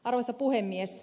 arvoisa puhemies